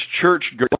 church